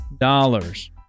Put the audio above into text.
dollars